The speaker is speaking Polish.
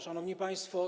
Szanowni Państwo!